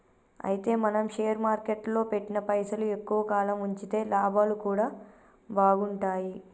అయితే మనం షేర్ మార్కెట్లో పెట్టిన పైసలు ఎక్కువ కాలం ఉంచితే లాభాలు కూడా బాగుంటాయి